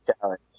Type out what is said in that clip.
challenge